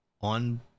on